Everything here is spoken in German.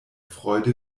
freude